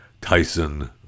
Tyson